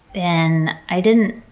and i didn't